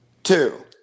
Two